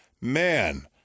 man